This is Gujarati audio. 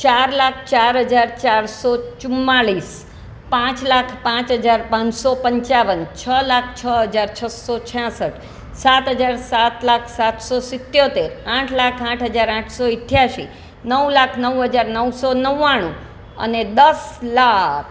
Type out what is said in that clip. ચાર લાખ ચાર હજાર ચારસો ચુમ્માળીસ પાંચ લાખ પાંચ હજાર પાંચસો પંચાવન છ લાખ છ હજાર છસો છાંસઠ સાત હજાર સાત લાખ સાતસો સિત્તોતેર આઠ લાખ આઠ હજાર આઠસો અઠ્ઠાસી નવ લાખ નવ હજાર નવસો નવ્વાણું અને દસ લાખ